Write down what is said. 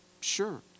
sure